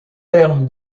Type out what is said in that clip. terme